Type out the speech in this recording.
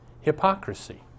hypocrisy